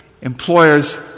employers